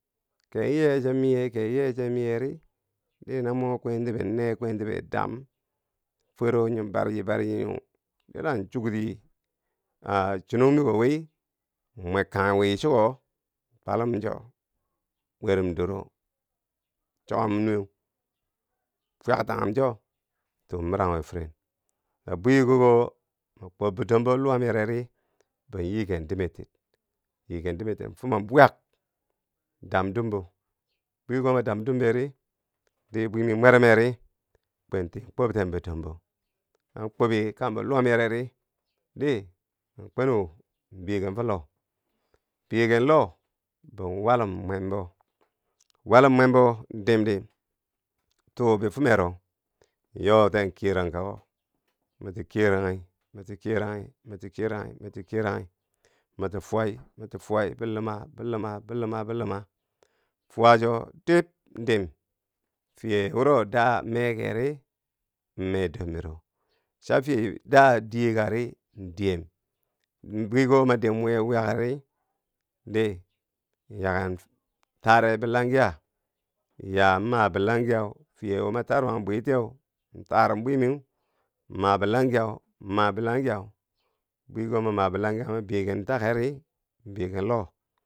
Ke yee cho miye ke yee cho miyeri di na mwo kwentube nee kwentube dam, fewro nyo barji barji nyo dila chukti chinong miki wii in mwekkang wii chiko twallum cho, werum doro chokum nuweu, fwyaktanghum cho tuu mirangwi firen, la bwiko ko ma kwoob bidombo luwam yere ri bou yiiken dimetir, yiiken. dimetir fubom wyak, damdumbo bwiko ma dam dumberi dii bwimi mwerumeri kwentii koob ten bidom bo, la kwobi kambo luwam yereri dii ma kwenu beken fo loh, biyeken loh bou walum mwem bo, walum mwembo dimdi tuu bi fumero yooten kiyerankako miti kiyarenghi miti kiyeranghi miti kiyeranghi miti kiyeranghi miti fuwai miti fuwai biluma biluma biluma, fwa cho dib in dim. fiye wuro da me keeri in me dor miro, cha fiye da diye kari in diyem, bwiko ma dim wo wyakkeri, di yaken tare bilangya yaa ma bilangya fiye wo ma ta tarbang bwitiyeu ntarum bwiimiu, mmaa bilangyau, m mabilangyau bwiko ma mabilangya ma biyeken takeri biyeken loh.